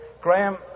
Graham